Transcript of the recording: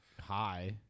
hi